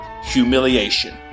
humiliation